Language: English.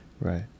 right